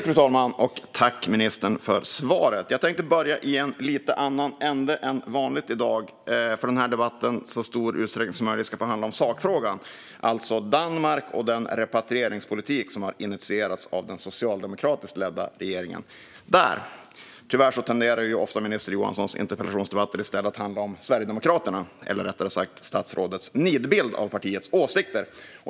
Fru talman! Tack för svaret, ministern! Jag tänkte börja i en lite annan ände än vanligt i dag. Det gör jag för att debatten i så stor utsträckning som möjligt ska få handla om sakfrågan, alltså Danmark och den repatrieringspolitik som har initierats av den socialdemokratiskt ledda regeringen där. Tyvärr tenderar minister Johanssons interpellationsdebatter ofta att i stället handla om Sverigedemokraterna, eller rättare sagt om statsrådets nidbild av partiets åsikter.